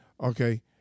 Okay